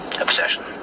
obsession